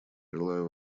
желаю